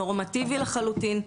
נורמטיבי לחלוטין,